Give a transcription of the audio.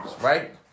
right